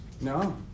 No